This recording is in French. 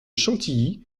chantilly